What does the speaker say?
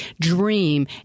dream